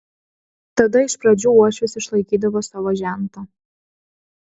tada iš pradžių uošvis išlaikydavo savo žentą